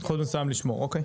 אחוז מסוים לשמור, אוקי.